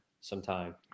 sometime